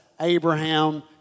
Abraham